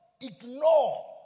ignore